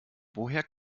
woher